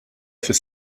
fis